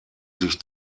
sich